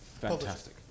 Fantastic